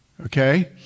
Okay